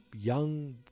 young